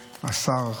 השר,